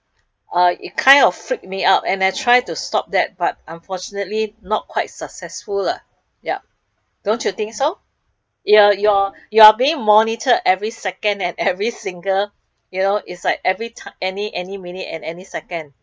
uh it kind of freak me out and I try to stop that but unfortunately not quite successful lah ya don't you think so you know you're you are being monitored every second and every single you know is like every time any any minute and any second